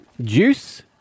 Juice